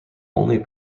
only